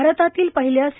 भारतातील पहिल्या सी